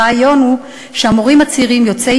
הרעיון הוא שהמורים הצעירים יוצאי